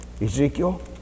Ezekiel